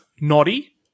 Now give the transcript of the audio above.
Naughty